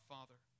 Father